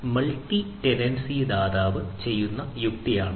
ഈ multi tenancy cloud ദാതാവ് ചെയ്യുന്ന യുക്തിയാണ്